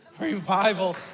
Revival